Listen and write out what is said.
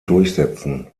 durchsetzen